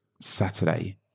Saturday